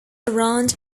around